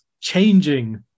changing